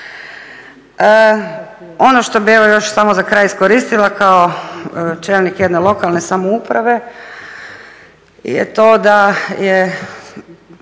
Ono što bih evo još samo za kraj iskoristila kao čelnik jedne lokalne samouprave je to da je